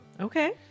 Okay